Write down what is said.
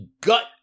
gut